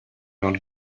not